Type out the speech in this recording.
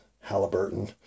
Halliburton